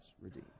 redeemed